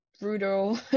brutal